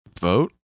vote